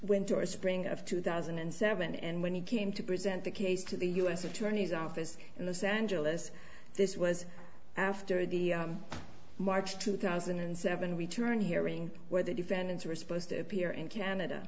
winter or spring of two thousand and seven and when he came to present the case to the u s attorney's office in los angeles this was after the march two thousand and seven return hearing where the defendants were supposed to appear in canada